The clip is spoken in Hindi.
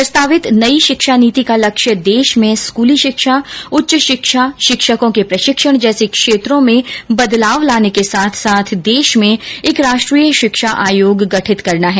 प्रस्तावित नई शिक्षा नीति का लक्ष्य देश में स्कूली शिक्षा उच्च शिक्षा शिक्षकों के प्रशिक्षण जैसे क्षेत्रों में बदलाव लाने के साथ साथ देश में एक राष्ट्रीय शिक्षा आयोग गठित करना है